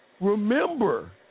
remember